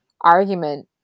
argument